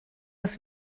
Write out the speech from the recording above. das